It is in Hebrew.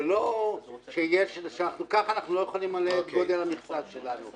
ולא שאנחנו ככה לא יכולים למלא את גודל המכסה שלנו.